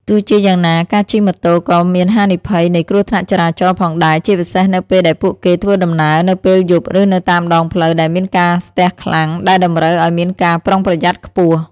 ទោះជាយ៉ាងណា ការជិះម៉ូតូក៏មានហានិភ័យនៃគ្រោះថ្នាក់ចរាចរណ៍ផងដែរ ជាពិសេសនៅពេលដែលពួកគេធ្វើដំណើរនៅពេលយប់ឬនៅតាមដងផ្លូវដែលមានការស្ទះខ្លាំង ដែលតម្រូវឱ្យមានការប្រុងប្រយ័ត្នខ្ពស់។